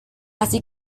así